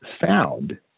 found